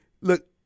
look